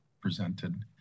presented